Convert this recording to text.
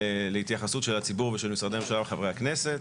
להתייחסות של הציבור ושל משרדי הממשלה וחברי הכנסת,